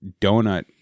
donut